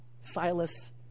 Silas